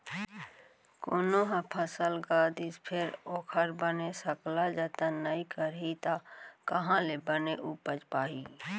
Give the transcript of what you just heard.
कोनो ह फसल गा दिस फेर ओखर बने सकला जतन नइ करही त काँहा ले बने उपज पाही